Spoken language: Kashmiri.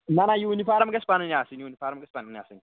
نہ نہ یوٗنِفارم گژھِ پَنٕنۍ آسٕنۍ یوٗنِفارم گژھِ پَنٕنۍ آسٕنۍ